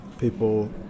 people